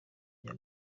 ujya